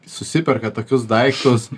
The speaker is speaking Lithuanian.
susiperka tokius daiktus